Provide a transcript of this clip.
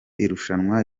irushanwa